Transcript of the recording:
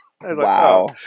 Wow